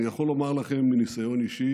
אני יכול לומר לכם מניסיון אישי